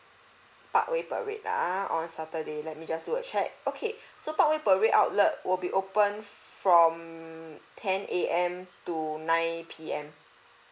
parkway parade ah on saturday let me just do a check okay so parkway parade outlet will be open from ten A_M to nine P_M